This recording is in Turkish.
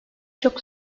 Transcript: çok